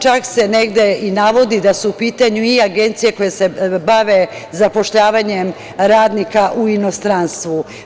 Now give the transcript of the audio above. Čak se negde i navodi da su u pitanju i agencije koje se bave zapošljavanjem radnika u inostranstvu.